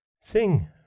Sing